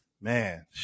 Man